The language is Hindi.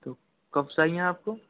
तो कब चाहिए आपको